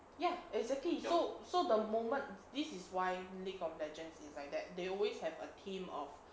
ya exactly so so the moment this is why league of legends is like that they always have a team of